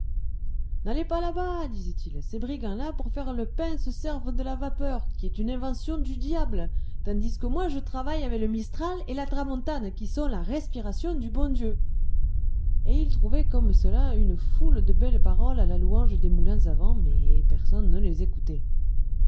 n'allez pas là-bas disait-il ces brigands là pour faire le pain se servent de la vapeur qui est une invention du diable tandis que moi je travaille avec le mistral et la tramontane qui sont la respiration du bon dieu et il trouvait comme cela une foule de belles paroles à la louange des moulins à vent mais personne ne les écoutait